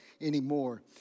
anymore